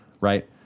Right